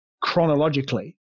chronologically